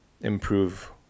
improve